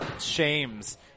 shames